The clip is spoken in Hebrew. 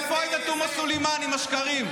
איפה עאידה תומא סלימאן עם השקרים?